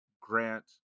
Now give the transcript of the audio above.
Grant